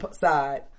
side